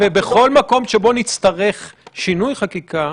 ובכל מקום שבו נצטרך שינוי חקיקה,